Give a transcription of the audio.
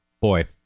boy